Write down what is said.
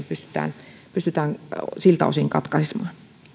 pystytään pystytään siltä osin katkaisemaan